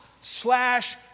slash